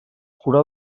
curà